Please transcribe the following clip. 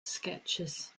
sketches